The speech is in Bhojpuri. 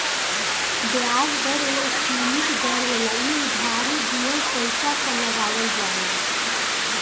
ब्याज दर एगो सीमित दर होला इ उधारी दिहल पइसा पर लगावल जाला